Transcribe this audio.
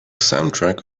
soundtrack